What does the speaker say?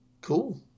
Cool